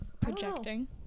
Projecting